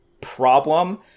problem